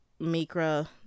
Mikra